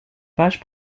page